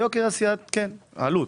העלות.